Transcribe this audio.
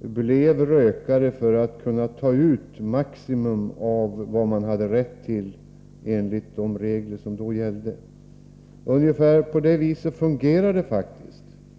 blev det för att kunna ta ut maximum av vad man hade rätt till enligt de regler som då gällde för tobaksransoneringen. Det är ungefär så det fungerar.